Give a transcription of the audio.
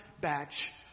batch